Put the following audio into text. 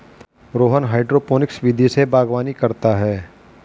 Rohan hydroponics विधि से बागवानी करता है